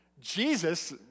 Jesus